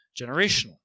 generational